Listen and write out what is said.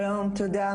שלום, תודה.